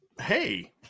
hey